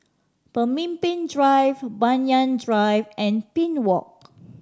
Pemimpin Drive Banyan Drive and Pine Walk